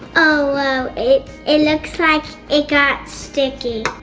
oh whoa, it it looks like it got sticky.